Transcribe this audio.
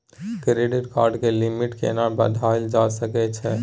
Credit card के limit केना बढायल जा सकै छै?